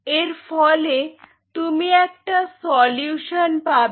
এর ফলে তুমি একটা সলিউশন পাবে